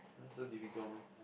so difficult meh